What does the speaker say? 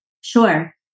Sure